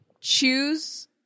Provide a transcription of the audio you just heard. choose